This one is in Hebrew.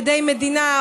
עדי מדינה,